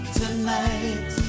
tonight